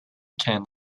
party